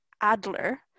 Adler